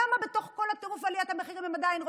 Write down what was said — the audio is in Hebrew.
למה בתוך כל טירוף עליית המחירים הם עדיין רוצים?